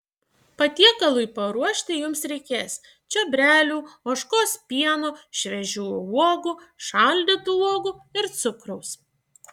patiekalui paruošti jums reikės čiobrelių ožkos pieno šviežių uogų šaldytų uogų ir cukraus